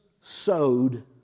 sowed